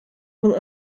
will